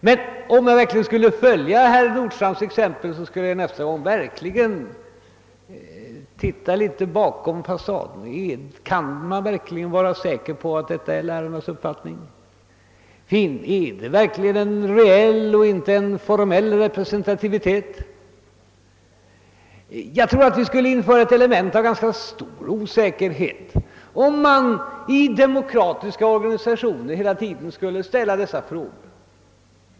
Men om jag nu skall följa herr Nordstrandhs exempel, skulle jag nästa gång titta litet bakom fasaden och fråga: Är det verkligen säkert att detta är lärarnas uppfattning? Är det verkligen en reell och inte en formell representativitet? skulle jag fråga mig. Jag anser att vi skulle införa ett element av ganska stor osäkerhet, om vi i demokratiska organisationer alltid skulle ställa oss sådana frågor.